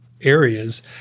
areas